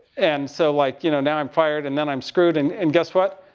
and so, like, you know, now i'm fired, and then i'm screwed. and and guess what?